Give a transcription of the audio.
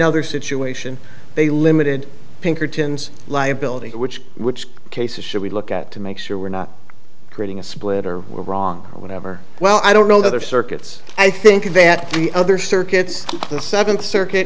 another situation they limited pinkerton's liability which which cases should we look at to make sure we're not creating a splitter were wrong or whatever well i don't know the other circuits i think that the other circuits the second circuit